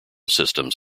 systems